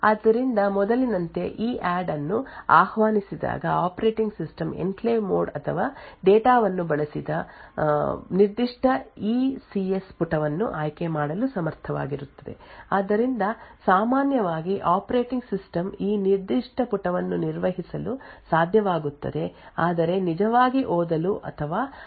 ಆದ್ದರಿಂದ ಮೊದಲಿನಂತೆ E A D D ಅನ್ನು ಆಹ್ವಾನಿಸಿದಾಗ ಆಪರೇಟಿಂಗ್ ಸಿಸ್ಟಂ ಎನ್ಕ್ಲೇವ್ ಕೋಡ್ ಅಥವಾ ಡೇಟಾ ವನ್ನು ಬಳಸಿದ ನಿರ್ದಿಷ್ಟ ಇ ಸಿ ಎಸ್ ಪುಟವನ್ನು ಆಯ್ಕೆ ಮಾಡಲು ಸಮರ್ಥವಾಗಿರುತ್ತದೆ ಆದ್ದರಿಂದ ಸಾಮಾನ್ಯವಾಗಿ ಆಪರೇಟಿಂಗ್ ಸಿಸ್ಟಮ್ ಈ ನಿರ್ದಿಷ್ಟ ಪುಟವನ್ನು ನಿರ್ವಹಿಸಲು ಸಾಧ್ಯವಾಗುತ್ತದೆ ಆದರೆ ನಿಜವಾಗಿ ಓದಲು ಅಥವಾ ಆ ಪುಟದ ವಿಷಯಗಳನ್ನು ಬರೆಯಲು ಸಾಧ್ಯವಾಗುವುದಿಲ್ಲ